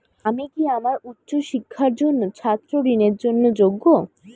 আমি কি আমার উচ্চ শিক্ষার জন্য ছাত্র ঋণের জন্য যোগ্য?